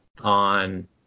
on